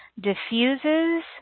diffuses